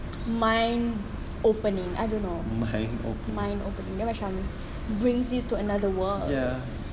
mind opening I don't know mind opening dia macam brings you to another world